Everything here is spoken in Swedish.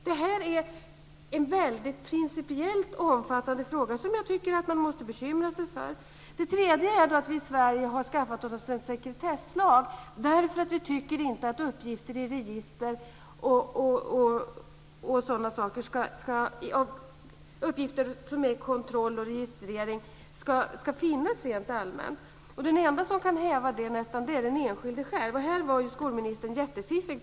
Detta är en principiellt väldigt omfattande fråga, som jag tycker att man måste bekymra sig för. Vi har i Sverige också skaffat oss en sekretesslag därför att vi inte tycker att kontroll och registrering av uppgifter ska göras rent allmänt. Den enda, nästan, som kan häva det här är den enskilde själv. I det här avseendet var ju skolministern jättefiffig.